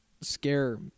scare –